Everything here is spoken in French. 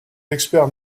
experts